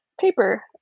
paper